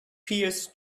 pious